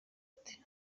ati